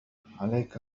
عليك